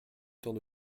temps